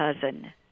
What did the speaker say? cousin